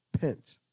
Pence